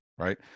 right